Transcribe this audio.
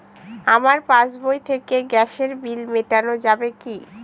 আমার পাসবই থেকে গ্যাসের বিল মেটানো যাবে কি?